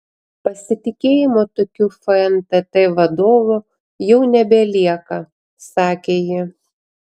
pasitikėjimo tokiu fntt vadovu jau nebelieka sakė ji